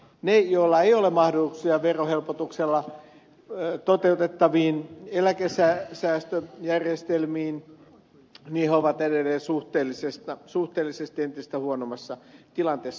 ne joilla ei ole mahdollisuuksia verohelpotuksella toteutettaviin eläkesäästöjärjestelmiin ovat edelleen suhteellisesti entistä huonommassa tilanteessa